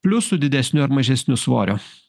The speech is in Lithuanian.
pliusu didesniu ar mažesniu svoriu